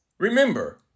Remember